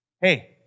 Hey